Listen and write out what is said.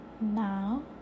Now